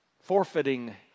forfeiting